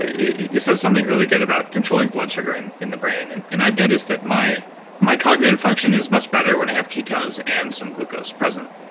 you said something really good about controlling blood sugar in in the brain. and and i've noticed that my my cognitive function is much better when i have ketones, and some glucose present,